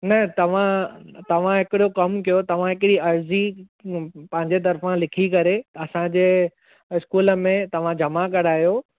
न तव्हां तव्हां हिकिड़ो कमु कयो तव्हां हिकिड़ी अर्ज़ी पंहिंजे तरफ़ा लिखी करे असांजे स्कूल में तव्हां जमा करायो